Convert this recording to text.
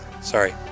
sorry